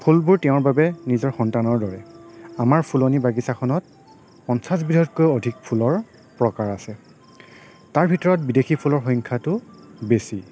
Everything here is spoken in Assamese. ফুলবোৰ তেওঁৰ বাবে নিজৰ সন্তানৰ দৰে আমাৰ ফুলনি বাগিছাখনত পঞ্চাছ বিধতকৈও অধিক ফুলৰ প্ৰকাৰ আছে তাৰ ভিতৰত বিদেশী ফুলৰ সংখ্যাটো বেছি